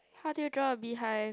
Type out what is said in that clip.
how did you draw a beehive